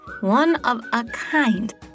one-of-a-kind